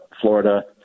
Florida